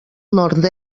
nord